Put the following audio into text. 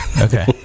okay